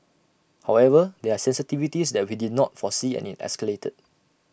however there are sensitivities that we did not foresee and IT escalated